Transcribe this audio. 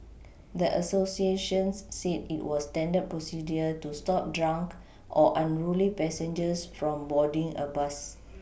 the Associations said it was standard procedure to stop drunk or unruly passengers from boarding a bus